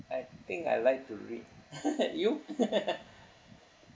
I think I like to read you